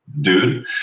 dude